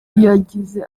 yagize